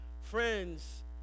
friends